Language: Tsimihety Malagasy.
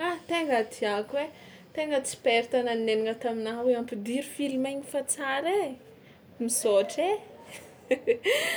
ha tegna tiàko ai, tegna tsy perte na ninainana taminaha hoe ampidiro filma igny fa tsara ai, misaotra ai.